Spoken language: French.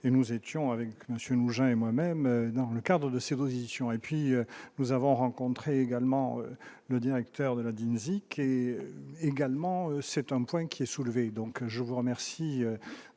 et nous étions avec monsieur Mougin et moi-même, dans le cadre de ses positions et puis nous avons rencontré également le directeur de la dynamique est également, c'est un point qui est soulevée, donc je vous remercie